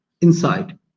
inside